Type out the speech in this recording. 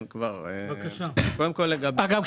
אגב,